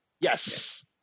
Yes